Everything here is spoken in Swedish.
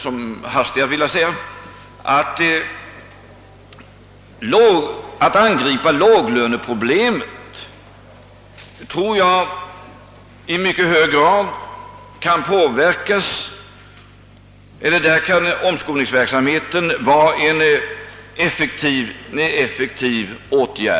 Omskolningen kan också vara en mycket effektiv åtgärd när vi vill angripa låglöneproblemet.